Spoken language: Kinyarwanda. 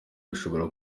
bishobora